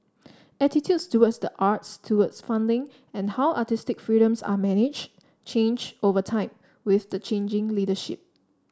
attitudes towards the arts towards funding and how artistic freedoms are manage change over time with the changing leadership